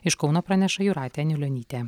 iš kauno praneša jūratė anilionytė